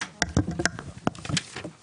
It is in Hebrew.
הישיבה ננעלה בשעה 11:30.